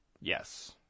yes